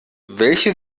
welche